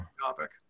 topic